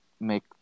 make